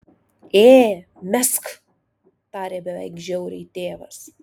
ė mesk tarė beveik žiauriai tėvas